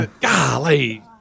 Golly